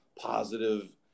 positive